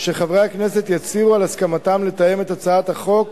שחברי הכנסת יצהירו על הסכמתם לתאם את הצעת החוק,